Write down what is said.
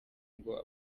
ngo